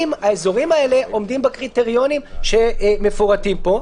אם האזורים האלה עומדים בקריטריונים שמפורטים פה,